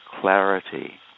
clarity